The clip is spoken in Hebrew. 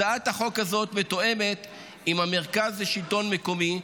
הצעת החוק הזאת מתואמת עם המרכז לשלטון מקומי,